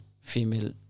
female